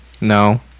No